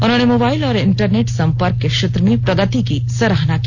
उन्होंने मोबाइल और इंटरनेट संपर्क के क्षेत्र में प्रगति की सराहना की